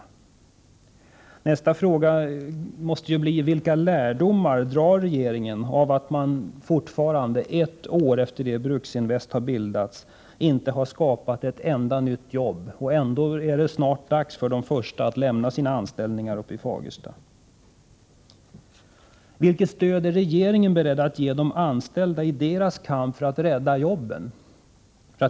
Min nästa fråga måste bli: Vilka lärdomar drar regeringen av att man fortfarande, ett år efter det att Bruksinvest bildades, inte har skapat ett enda nytt jobb? Det är dock snart dags för de först varslade att lämna sina anställningar i Fagersta. Vilket stöd är regeringen beredd att ge de anställda i deras kamp för att rädda jobben?